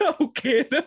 Okay